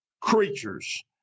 creatures